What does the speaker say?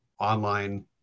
online